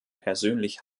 persönlich